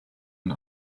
and